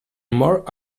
more